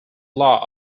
law